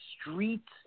streets